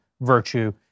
virtue